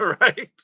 Right